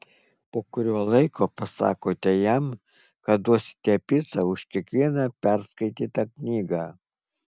po kurio laiko pasakote jam kad duosite picą už kiekvieną perskaitytą knygą